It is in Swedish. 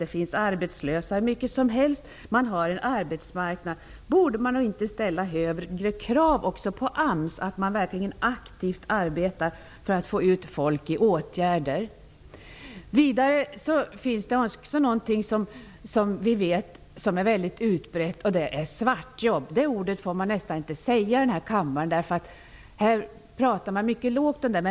Det finns arbetslösa, och det finns en arbetsmarknad. Borde man då inte ställa högre krav också på att AMS verkligen aktivt arbetar för att få ut folk i åtgärder? Någonting som vi vet är vanligt förekommande är att jobba svart. Det får man nästan inte säga i den här kammaren. Här talas det mycket tyst om detta.